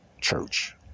church